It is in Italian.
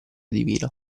divina